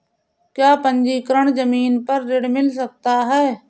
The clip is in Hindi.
क्या पंजीकरण ज़मीन पर ऋण मिल सकता है?